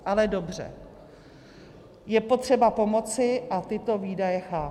Ale dobře, je potřeba pomoci a tyto výdaje chápu.